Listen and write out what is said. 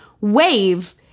wave